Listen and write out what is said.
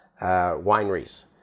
wineries